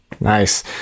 Nice